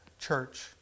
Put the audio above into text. church